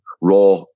Raw